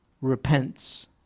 repents